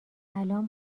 الان